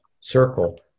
circle